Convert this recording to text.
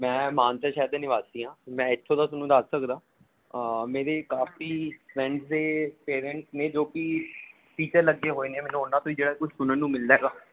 ਮੈ ਮਾਨਸਾ ਸ਼ਹਿਰ ਦਾ ਨਿਵਾਸੀ ਹਾਂ ਮੈਂ ਇੱਥੋਂ ਦਾ ਤੁਹਾਨੂੰ ਦੱਸ ਸਕਦਾ ਮੇਰੇ ਕਾਫੀ ਫਰੈਂਡਸ ਦੇ ਪੇਰੈਂਟ ਨੇ ਜੋ ਕਿ ਟੀਚਰ ਲੱਗੇ ਹੋਏ ਨੇ ਮੈਨੂੰ ਉਹਨਾਂ ਤੋਂ ਹੀ ਜਿਹੜਾ ਕੁਝ ਸੁਣਨ ਨੂੰ ਮਿਲਦਾ ਹੈਗਾ